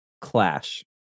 clash